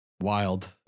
wild